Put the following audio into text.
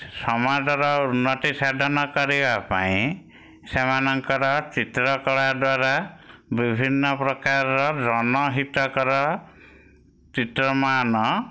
ସମାଜର ଉନ୍ନତି ସାଧନ କରିବା ପାଇଁ ସେମାନଙ୍କର ଚିତ୍ର କଳା ଦ୍ବାରା ବିଭିନ ପ୍ରକାରର ଜନ ହିତକର ଚିତ୍ରମାନ